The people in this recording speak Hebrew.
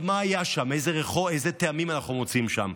מה היה שם, איזה טעמים אנחנו מוצאים שם?